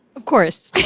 of course.